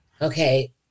Okay